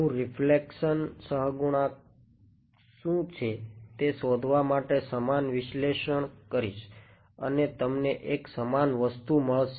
હું રીફ્લેક્શન સહગુણક શું છે તે શોધવા માટે સમાન વિશ્લેષણ કરીશ અને તમને એક સમાન વસ્તુ મળશે